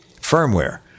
firmware